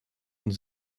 und